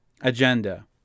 agenda